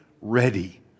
ready